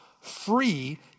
free